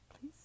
please